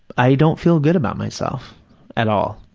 i don't feel good about myself at all.